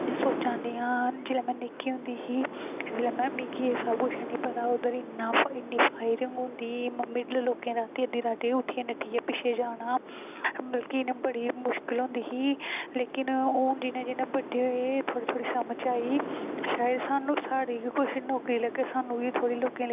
ते में सोचा नी आं कि जेकर मिगी होंदी ही एह् सबकुछ मिगी नेईं पता हा मिगी इत्थें फॉयरिंग होंदी ते लोग रातीं ते ओह् उट्ठियै नट्ठियै पिच्छें जाना मतलब इन्ने बड़ी मुश्किल होंदी ही लेकिन हून जियां जियां बड्डे होए थोह्ड़ी थोह्ड़ी समझ आई शैद स्हानू साढ़ी बी कुछ नौकरी लग्गे स्हानू बी थोह्ड़ी लोकें